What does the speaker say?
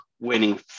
winning